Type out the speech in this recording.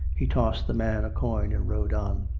he tossed the man a coin and rode on.